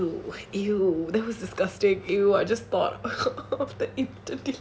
!ew! !ew! that was disgusting ew I just thought of the